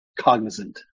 cognizant